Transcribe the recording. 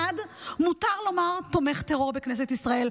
1. מותר לומר "תומך טרור" בכנסת ישראל.